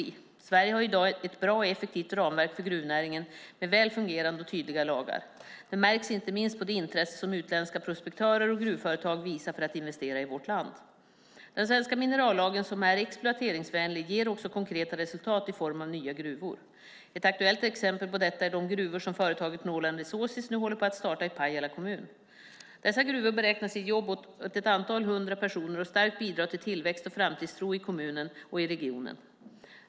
Sverige har i dag ett bra och effektivt ramverk för gruvnäringen med väl fungerande och tydliga lagar. Det märks inte minst på det intresse som utländska prospektörer och gruvföretag visar för att investera i vårt land. Den svenska minerallagen, som är exploateringsvänlig, ger också konkreta resultat i form av nya gruvor. Ett aktuellt exempel på detta är de gruvor som företaget Northland Resources nu håller på att starta i Pajala kommun. Dessa gruvor beräknas ge jobb åt ett antal hundra personer och starkt bidra till tillväxt och framtidstro i kommunen och i regionen.